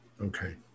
Okay